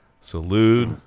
salute